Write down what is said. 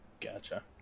Gotcha